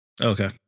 Okay